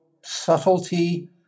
subtlety